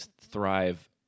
thrive